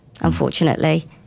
Unfortunately